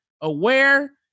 aware